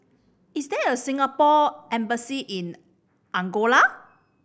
is there a Singapore Embassy in Angola